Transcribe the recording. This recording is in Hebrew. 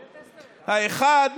האחד,